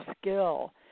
skill